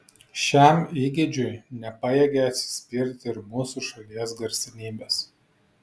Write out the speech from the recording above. šiam įgeidžiui nepajėgė atsispirti ir mūsų šalies garsenybės